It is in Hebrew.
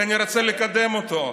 כי אני רוצה לקדם אותו,